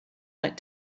went